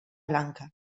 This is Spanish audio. blanca